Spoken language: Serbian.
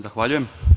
Zahvaljujem.